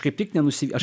kaip tik nenusi aš